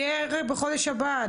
יהיה בחודש הבא.